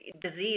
disease